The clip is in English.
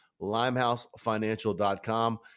limehousefinancial.com